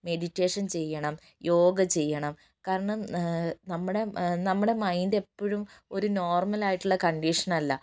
meditation ചെയ്യണം യോഗ ചെയ്യണം കാരണം നമ്മുടെ നമ്മുടെ മൈൻ്റെപ്പൊഴും ഒരു നോർമലായിട്ടുള്ള കണ്ടീഷനല്ല